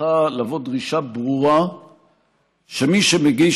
שצריכה לבוא דרישה ברורה שמי שמגיש